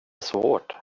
svårt